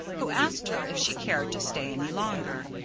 who asked her if she cared to stay any longer.